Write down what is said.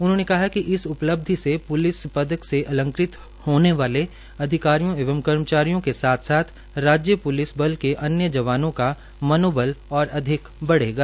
उन्होंने कहा इस उपलब्धि से प्लिस पदक से अलंकृत होने वाले अधिकारियों एवं कर्मचारियों के साथ साथ राज्य प्लिस बल के अन्य जवानों का भी मनोबल और अधिक बढेगा